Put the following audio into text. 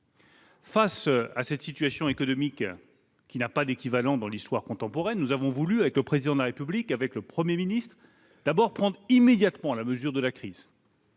Face à cette situation économique sans équivalent dans l'histoire contemporaine, nous avons voulu, avec le Président de la République et le Premier ministre, prendre immédiatement la mesure de la crise.